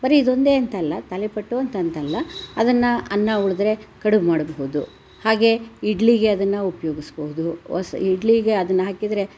ಬರೀ ಇದು ಒಂದೇ ಅಂತಲ್ಲ ತಾಳಿಪಟ್ಟು ಅಂತ ಅಂತಲ್ಲ ಅದನ್ನು ಅನ್ನ ಉಳಿದ್ರೆ ಕಡುಬು ಮಾಡಬಹ್ದು ಹಾಗೇ ಇಡ್ಲಿಗೆ ಅದನ್ನು ಉಪ್ಯೋಗಿಸ್ಬೋದು ಅಸ್ ಇಡ್ಲಿಗೆ ಅದನ್ನು ಹಾಕಿದರೆ